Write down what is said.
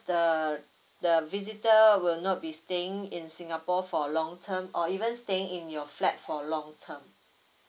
the the visitor will not be staying in singapore for a long term or even staying in your flat for a long term